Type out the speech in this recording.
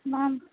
ma'am